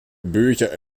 bücher